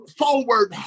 forward